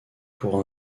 pour